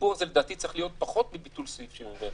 הסיפור הזה לדעתי צריך להיות פחות מביטול סעיף 71,